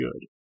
good